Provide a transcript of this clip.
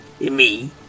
Me